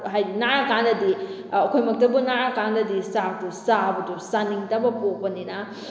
ꯍꯥꯏꯗꯤ ꯅꯥꯔꯀꯥꯟꯗꯗꯤ ꯑꯩꯈꯣꯏ ꯃꯛꯇꯕꯨ ꯅꯥꯔꯀꯥꯟꯗꯗꯤ ꯆꯥꯛꯇꯨ ꯆꯥꯕꯗꯨ ꯆꯥꯅꯤꯡꯗꯕ ꯄꯣꯛꯄꯅꯤꯅ